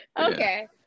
okay